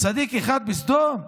צדיק אחד בסדום.